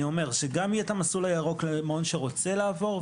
אני אומר שגם יהיה את המסלול הירוק למעון שרוצה לעבור,